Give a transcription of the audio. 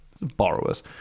Borrowers